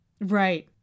Right